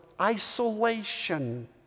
isolation